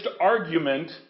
argument